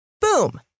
Boom